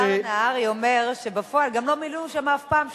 השר נהרי אומר שבפועל גם לא מינו שם אף פעם שופטת.